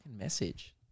message